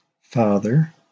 Father